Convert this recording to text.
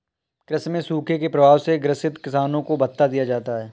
कृषि में सूखे के प्रभाव से ग्रसित किसानों को भत्ता दिया जाता है